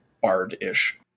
bard-ish